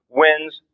wins